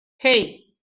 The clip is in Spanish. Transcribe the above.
hey